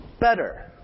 better